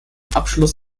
abschluss